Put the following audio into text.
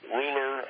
ruler